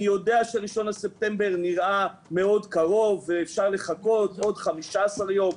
אני יודע ש-1 בספטמבר נראה מאוד קרוב ואפשר לחכות עוד 15 יום,